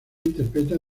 interpreta